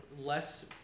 less